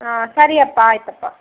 ಆಂ ಸರಿಯಪ್ಪ ಆಯಿತಪ್ಪ